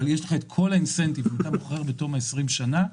לתחזק את הנכס.